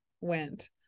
went